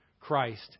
Christ